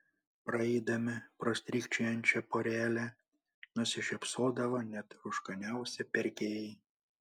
praeidami pro strykčiojančią porelę nusišypsodavo net rūškaniausi pirkėjai